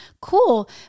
cool